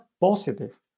positive